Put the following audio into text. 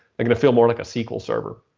they're going to feel more like a sql server.